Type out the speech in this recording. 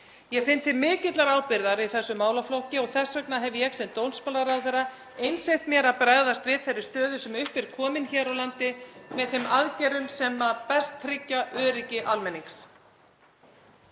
Ég finn til mikillar ábyrgðar í þessum málaflokki (Forseti hringir.) og þess vegna hef ég sem dómsmálaráðherra einsett mér að bregðast við þeirri stöðu sem upp er komin hér á landi með þeim aðgerðum sem best tryggja öryggi almennings.